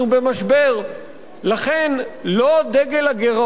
לכן, לא דגל הגירעון הוא הדגל של השמאל.